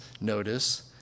notice